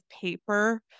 paper